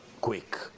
quick